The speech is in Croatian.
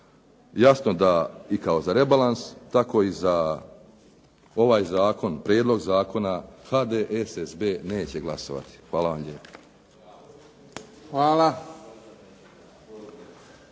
Jasno da i kao za rebalans tako i za ovaj prijedlog zakona HDSSB neće glasovati. Hvala vam lijepo.